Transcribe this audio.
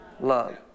love